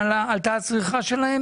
עלתה גם הצריכה של הסיגריות הרגילות?